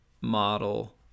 model